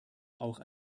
auch